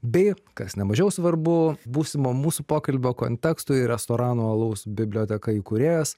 bei kas ne mažiau svarbu būsimo mūsų pokalbio konteksto ir restorano alaus biblioteka įkūrėjas